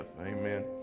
Amen